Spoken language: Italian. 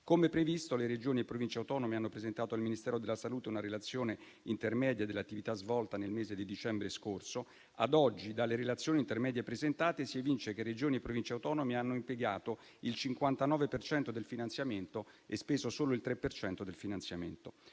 Come previsto, le Regioni e Province autonome hanno presentato al Ministero della salute una relazione intermedia dell'attività svolta nel mese di dicembre scorso. Ad oggi, dalle relazioni intermedie presentate si evince che Regioni e Province autonome hanno impiegato il 59 per cento del finanziamento e speso solo il tre per cento del finanziamento.